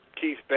Keith